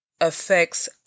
affects